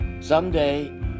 someday